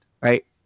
right